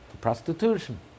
prostitution